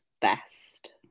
best